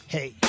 Hey